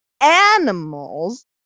animals